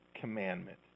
commandment